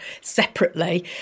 separately